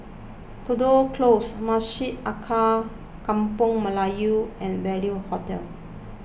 Tudor Close Masjid Alkaff Kampung Melayu and Value Hotel